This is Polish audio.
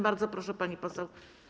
Bardzo proszę, pani poseł.